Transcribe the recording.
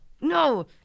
No